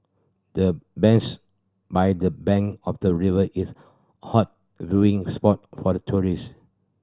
the bench by the bank of the river is a hot viewing spot for the tourist